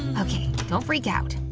okay, don't freak out.